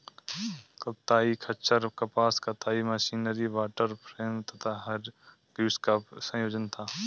कताई खच्चर कपास कताई मशीनरी वॉटर फ्रेम तथा हरग्रीव्स का संयोजन था